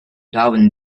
darwin